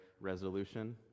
resolution